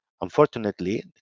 Unfortunately